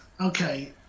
Okay